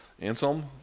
anselm